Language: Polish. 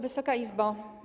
Wysoka Izbo!